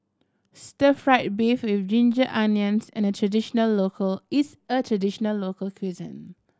stir fried beef with ginger onions and a traditional local is a traditional local cuisine